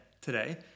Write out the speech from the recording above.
today